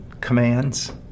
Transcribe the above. Commands